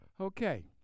Okay